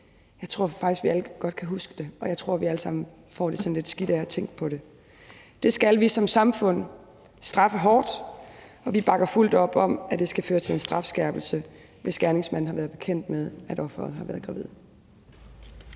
Jeg tror faktisk, at vi alle godt kan huske det, og jeg tror, at vi alle sammen får det sådan lidt skidt af at tænke på det. Det skal vi som samfund straffe hårdt, og vi bakker fuldt op om, at det skal føre til en strafskærpelse, hvis gerningsmanden har været bekendt med, at offeret var gravid.